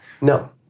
no